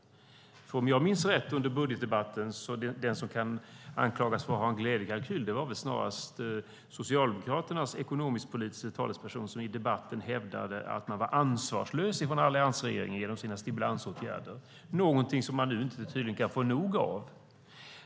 Om jag minns rätt från budgetdebatten: Den som kunde anklagas för att ha en glädjekalkyl var väl snarast Socialdemokraternas ekonomisk-politiska talesperson, som i debatten hävdade att alliansregeringen var ansvarslös genom sina stimulansåtgärder - något som man nu tydligen inte kan få nog av.